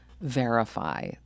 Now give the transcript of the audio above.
verify